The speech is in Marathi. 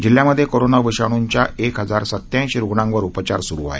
जिल्ह्यामधे कोरोना विषाणूच्या एक हजार सत्याऐशी रुग्णांवर उपचार स्रू आहेत